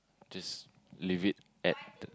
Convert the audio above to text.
just leave it at